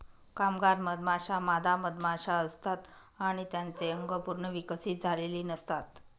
कामगार मधमाश्या मादा मधमाशा असतात आणि त्यांचे अंग पूर्ण विकसित झालेले नसतात